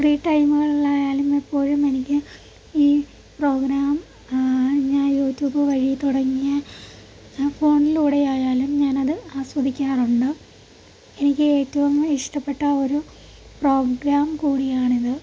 free ടൈമുകളിലായാലും എപ്പോഴും എനിക്ക് ഈ പ്രോഗ്രാം ഞാൻ യൂട്യൂബ് വഴി തുടങ്ങിയ ഫോണിലൂടെ ആയാലും ഞാനത് ആസ്വദിക്കാറുണ്ട് എനിക്ക് ഏറ്റവും ഇഷ്ടപ്പെട്ട ഒരു പ്രോഗ്രാം കൂടിയാണിത്